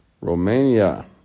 Romania